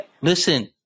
Listen